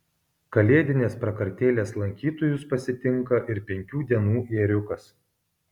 kalėdinės prakartėlės lankytojus pasitinka ir penkių dienų ėriukas